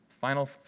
final